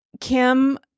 Kim